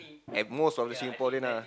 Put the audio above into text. at most of the Singaporeans ah